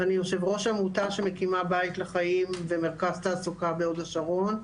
אני יו"ר עמותה שמקימה בית לחיים ומרכז תעסוקה בהוד השרון,